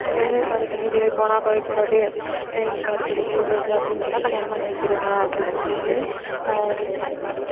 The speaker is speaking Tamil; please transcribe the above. படிக்கணும் நீ வெளியே போனால் படிக்கக் கூடாது இங்கே அடுப்படிலியே இரு இல்லை அப்படின்னு சொன்னால் கல்யாணம் பண்ணி வச்சுருங்க அப்படின் அப்படின் சொல்லியிருக்காங்க